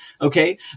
Okay